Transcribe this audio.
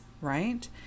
right